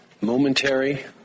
momentary